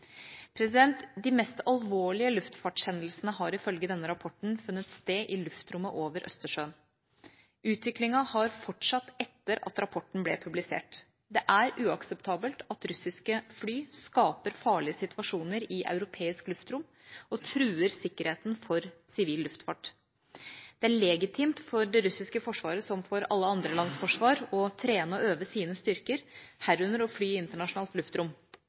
De mest alvorlige luftfartshendelsene har ifølge denne rapporten funnet sted i luftrommet over Østersjøen. Utviklingen har fortsatt etter at rapporten ble publisert. Det er uakseptabelt at russiske fly skaper farlige situasjoner i europeisk luftrom og truer sikkerheten for sivil luftfart. Det er legitimt for det russiske forsvaret, som for alle andre lands forsvar, å trene og øve sine styrker, herunder å fly i internasjonalt luftrom,